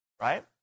right